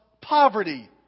poverty